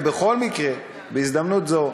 ובכל מקרה, בהזדמנות זו,